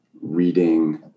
reading